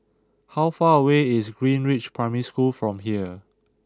how far away is Greenridge Primary School from here